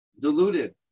diluted